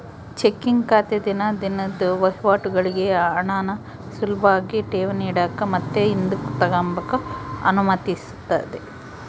checking ಖಾತೆ ದಿನ ದಿನುದ್ ವಹಿವಾಟುಗುಳ್ಗೆ ಹಣಾನ ಸುಲುಭಾಗಿ ಠೇವಣಿ ಇಡಾಕ ಮತ್ತೆ ಹಿಂದುಕ್ ತಗಂಬಕ ಅನುಮತಿಸ್ತತೆ